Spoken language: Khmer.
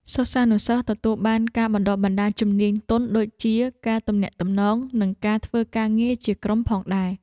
សិស្សានុសិស្សទទួលបានការបណ្តុះបណ្តាលជំនាញទន់ដូចជាការទំនាក់ទំនងនិងការធ្វើការងារជាក្រុមផងដែរ។